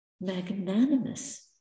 magnanimous